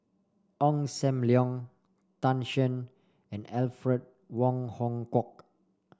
Ong Sam Leong Tan Shen and Alfred Wong Hong Kwok